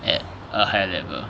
at a higher level